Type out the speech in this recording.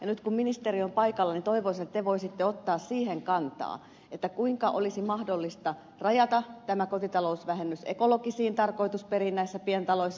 nyt kun ministeri on paikalla niin toivoisin että te voisitte ottaa kantaa siihen miten olisi mahdollista rajata tämä kotitalousvähennys ekologisiin tarkoitusperiin näissä pientaloissa